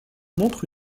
montre